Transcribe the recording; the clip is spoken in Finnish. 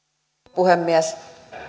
puhemies